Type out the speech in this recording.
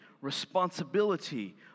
responsibility